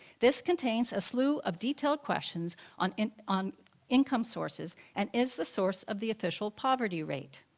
this contains a slew of detailed questions on on income sources and is the source of the official poverty rate.